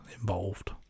involved